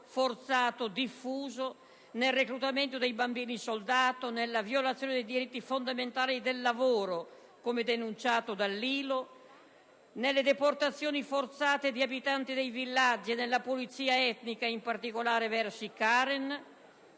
forzato diffuso, il reclutamento dei bambini soldato, la violazione dei diritti fondamentali del lavoro, come denunciato dall'ILO, le deportazioni forzate di abitanti dei villaggi e la pulizia etnica in particolare verso i Karen,